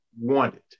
wanted